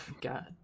god